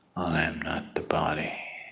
i am not the body